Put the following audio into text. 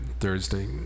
Thursday